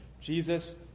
Jesus